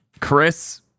Chris